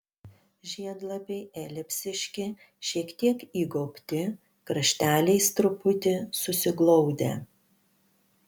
žiedlapiai elipsiški šiek tiek įgaubti krašteliais truputį susiglaudę